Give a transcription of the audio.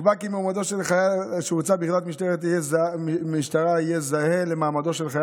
נקבע כי מעמדו של חייל שהוצב ביחידת משטרה יהיה זהה למעמדו של חייל